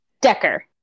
Decker